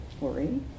worry